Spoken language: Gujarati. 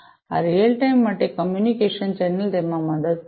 આ રીઅલ ટાઇમ માટે કમ્યુનિકેશન ચેનલ તેમાં મદદ કરશે